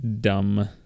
dumb